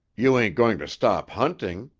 you ain't going to stop hunting?